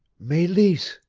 meleese!